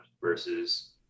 versus